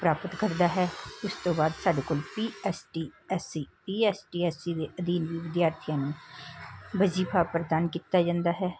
ਪ੍ਰਾਪਤ ਕਰਦਾ ਹੈ ਉਸ ਤੋਂ ਬਾਅਦ ਸਾਡੇ ਕੋਲ ਸੀ P S T S C P S T S C ਦੇ ਅਧੀਨ ਵਿਦਿਆਰਥੀਆਂ ਨੂੰ ਵਜੀਫਾ ਪ੍ਰਦਾਨ ਕੀਤਾ ਜਾਂਦਾ ਹੈ